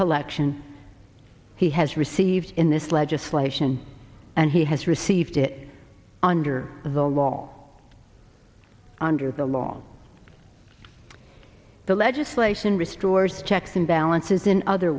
collection he has received in this legislation and he has received it under the law under the law the legislation restores checks and balances in other